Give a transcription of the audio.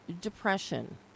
depression